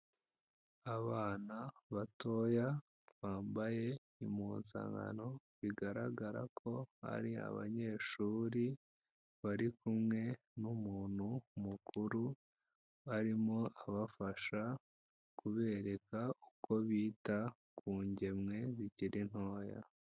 Abana batoya bambaye impunzankano bigaragara ko hari abanyeshuri bari kumwe n'umuntu mukuru, arimo abafasha kubereka uko bita ku ngemwe zikiri ntoya.